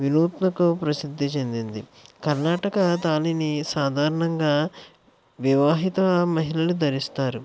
వినూత్నకు ప్రసిద్ధి చెందింది కర్ణాటక తాళిని సాధారణంగా వివాహిత మహిళలు ధరిస్తారు